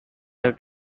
her